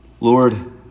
Lord